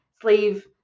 sleeve